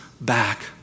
back